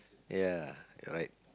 ya you are right